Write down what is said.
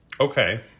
Okay